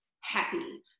happy